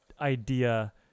idea